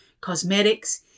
cosmetics